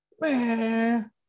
Man